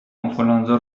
آنفلوانزا